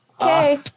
okay